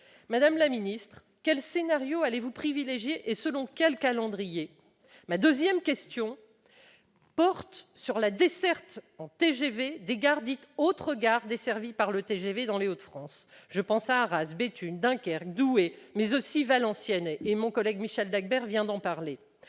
Madame la ministre, quel scénario allez-vous privilégier, et selon quel calendrier ? Ma deuxième question porte sur la desserte en TGV des gares dites « autres gares desservies par le TGV » dans les Hauts-de-France ... Je pense à Arras, Béthune, Dunkerque, Douai, mais aussi à Valenciennes, dont vient de parler